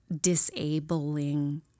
disabling